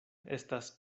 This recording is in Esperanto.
estas